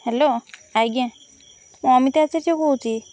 hello ଆଜ୍ଞା ମୁଁ ଅମିତା ଆଚାର୍ଯ୍ୟ କହୁଛି